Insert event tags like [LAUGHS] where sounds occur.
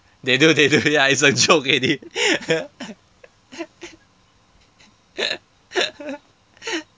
they do they do ya it's a joke already [LAUGHS]